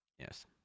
Yes